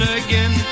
again